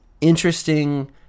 interesting